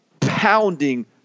pounding